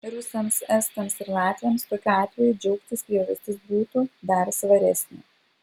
rusams estams ir latviams tokiu atveju džiaugtis priežastis būtų dar svaresnė